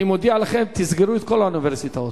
אני מודיע לכם: תסגרו את כל האוניברסיטאות.